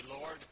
Lord